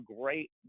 great